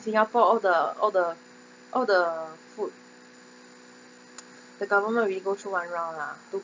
singapore all the all the all the food the government will go through one round lah to